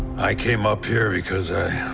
i came up here because i.